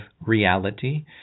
reality